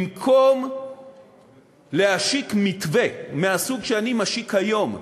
במקום להשיק מתווה מהסוג שאני משיק היום,